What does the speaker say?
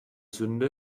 sünde